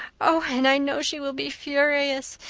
oh, and i know she will be furious.